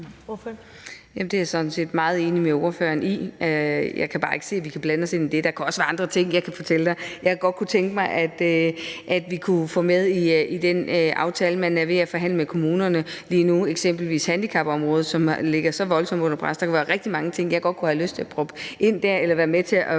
jeg sådan set meget enig med ordføreren i. Jeg kan bare ikke se, at vi kan blande os i det. Der kan også være andre ting, jeg kan fortælle dig jeg godt kunne tænke mig vi kunne få med i den aftale, man er ved at forhandle med kommunerne lige nu. Det kunne eksempelvis være handicapområdet, som ligger så voldsomt under pres. Der kan være rigtig mange ting, jeg godt kunne have lyst til at proppe ind der eller være med til at